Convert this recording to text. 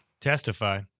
Testify